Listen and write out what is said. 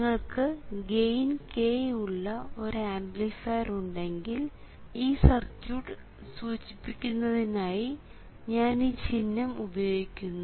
നിങ്ങൾക്ക് gain k ഉള്ള ഒരു ആംപ്ലിഫയർ ഉണ്ടെങ്കിൽ ഈ സർക്യൂട്ട് സൂചിപ്പിക്കുന്നതായി ഞാൻ ഈ ചിഹ്നം ഉപയോഗിക്കുന്നു